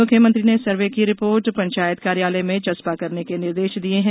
मुख्यमंत्री ने सर्वे की रिपोर्ट पंचायत कार्यलय में चस्पा करने के निर्देश दिए हैं